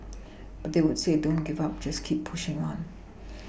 but they would say don't give up just keep pushing on